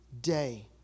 day